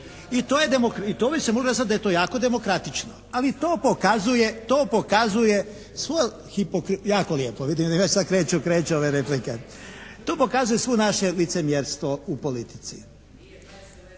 i to bi se sad moglo reći da je to jako demokratično. Ali to pokazuje, to pokazuje svo, jako lijepo, vidim već sad kreću ove replike. To pokazuje svo naše licemjerstvo u politici.